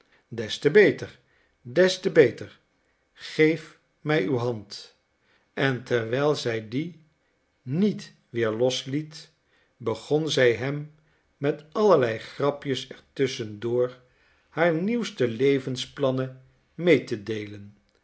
des te beter des te beter geef mij uw hand en terwijl zij die niet weer los liet begon zij hem met allerlei grapjes er tusschen door haar nieuwste levensplannen mee te deelen